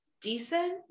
decent